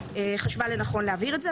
ולכן היא חשבה לנכון להבהיר את זה.